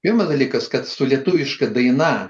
pirmas dalykas kad su lietuviška daina